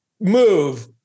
move